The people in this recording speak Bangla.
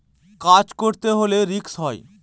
কাজ করতে হলে রিস্ক হয়